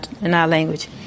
language